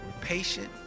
patient